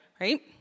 right